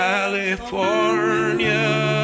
California